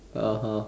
(uh huh)